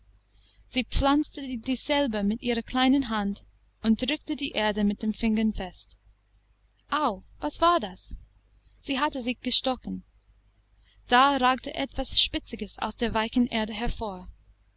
sie pflanzte dieselbe mit ihrer kleinen hand und drückte die erde mit den fingern fest au was war das sie hatte sich gestochen da ragte etwas spitziges aus der weichen erde hervor